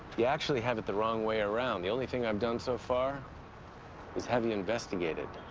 you actually have it the wrong way around. the only thing i've done so far is have you investigated.